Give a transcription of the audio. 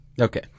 Okay